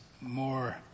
more